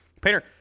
Painter